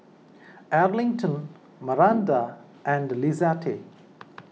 Arlington Maranda and Lizette